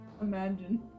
Imagine